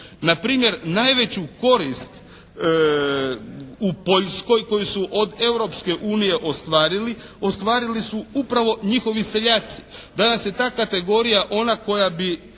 Npr. najveću korist u Poljskoj koju su od Europske unije ostvarili ostvarili su upravo njihovi seljaci. Danas je ta kategorija ona koja bi,